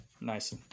Nice